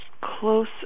close